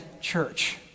church